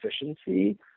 efficiency